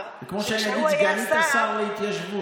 כמו שאגיד "סגנית השר להתיישבות".